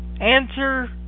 Answer